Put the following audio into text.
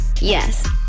Yes